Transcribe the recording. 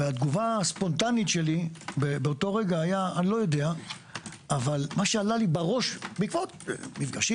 התגובה הספונטנית שלי הייתה: לא יודע אבל מה שעלה לי בראש בעקבות מפגשים